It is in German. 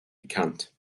bekannt